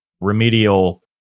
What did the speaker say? remedial